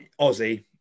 Aussie